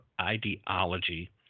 ideology